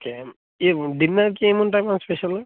okay ఈ డిన్నర్కి ఏమి ఉంటుంది మ్యామ్ స్పెషల్గా